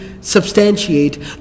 substantiate